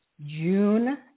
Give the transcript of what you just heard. June